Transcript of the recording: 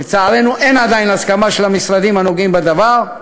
לצערנו אין עדיין הסכמה של המשרדים הנוגעים בדבר.